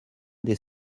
des